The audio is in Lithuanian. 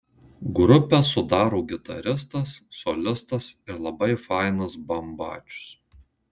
grupę sudaro gitaristas solistas ir labai fainas bambačius